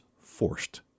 forced